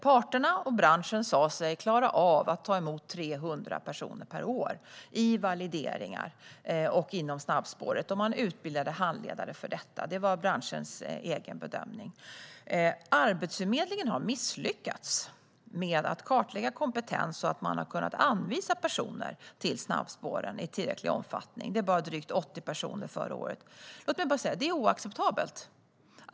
Parterna och branschen sa sig klara av att ta emot 300 personer per år i valideringar och inom snabbspåret. Man utbildade handledare för detta. Det var branschens egen bedömning. Arbetsförmedlingen har misslyckats med att kartlägga kompetens för att kunna anvisa personer till snabbspåren i tillräcklig omfattning. Det var bara drygt 80 personer förra året. Låt mig bara säga att det är oacceptabelt.